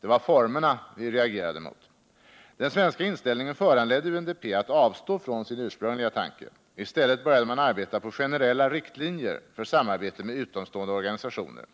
Det var formerna vi reagerade mot. Den svenska inställningen föranledde UNDP att avstå från sin ursprungliga tanke. I stället började man arbeta på generella riktlinjer för samarbete med utomstående organisationer.